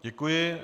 Děkuji.